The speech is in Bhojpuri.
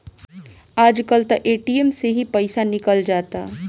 आज कल त ए.टी.एम से ही पईसा निकल जाता